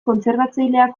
kontserbatzaileak